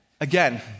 Again